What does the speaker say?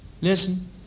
listen